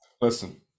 Listen